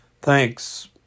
Thanks